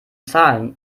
zahlen